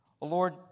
Lord